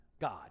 God